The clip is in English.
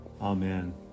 Amen